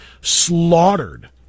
slaughtered